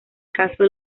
caso